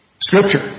Scripture